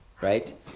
right